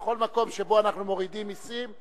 בכל מקום שבו אנחנו מורידים מסים,